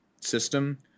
system